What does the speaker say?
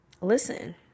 listen